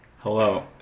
Hello